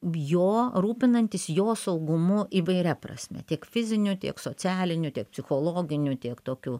jo rūpinantis jo saugumu įvairia prasme tiek fiziniu tiek socialiniu tiek psichologiniu tiek tokiu